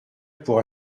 pour